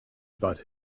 about